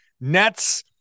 Nets